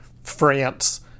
France